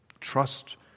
Trust